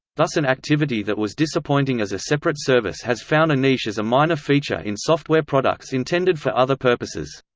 thus an activity that was disappointing as a separate service has found a niche as a minor feature in software products intended for other purposes.